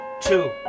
two